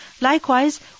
Likewise